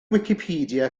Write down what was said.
wicipedia